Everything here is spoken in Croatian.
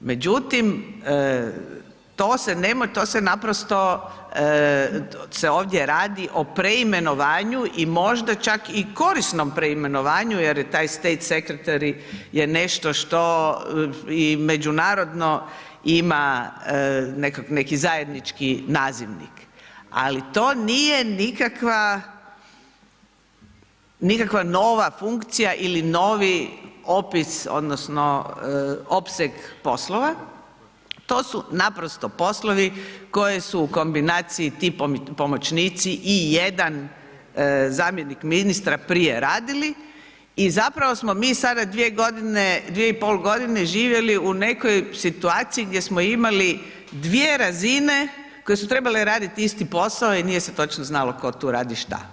Međutim, to se naprosto se ovdje radi o preimenovanju i možda čak i korisnom preimenovanju jer je taj State Sekretary je nešto što i međunarodno ima neki zajednički nazivnik, ali to nije nikakva nova funkcija ili novi opis odnosno opseg poslova, to su naprosto poslovi koji su u kombinaciji ti pomoćnici i jedan zamjenik ministra prije radili i zapravo smo mi sada dvije i pol godine živjeli u nekoj situaciji gdje smo imali dvije razine koje su trebale raditi isti posao i nije se točno znalo tko tu radi šta.